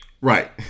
Right